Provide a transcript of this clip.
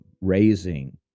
raising